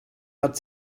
hat